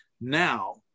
now